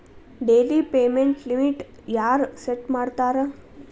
daily payment ಲಿಮಿಟ್ನ ಯಾರ್ set ಮಾಡ್ತಾರಾ